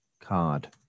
card